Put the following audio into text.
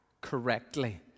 correctly